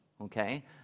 okay